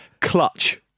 Clutch